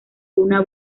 una